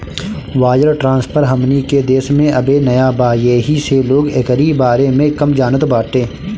wire transfer हमनी के देश में अबे नया बा येही से लोग एकरी बारे में कम जानत बाटे